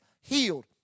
healed